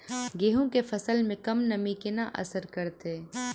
गेंहूँ केँ फसल मे कम नमी केना असर करतै?